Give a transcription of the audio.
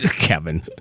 Kevin